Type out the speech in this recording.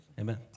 Amen